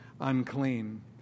unclean